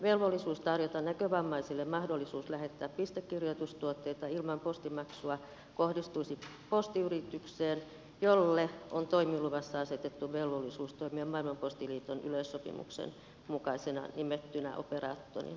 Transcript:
velvollisuus tarjota näkövammaisille mahdollisuus lähettää pistekirjoitustuotteita ilman postimaksua kohdistuisi postiyritykseen jolle on toimiluvassa asetettu velvollisuus toimia maailman postiliiton yleissopimuksen mukaisena nimettynä operaattorina